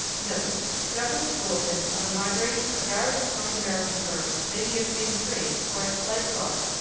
note government bulletins on the migration of various north american birds may be obtained free, or at slight cost,